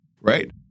Right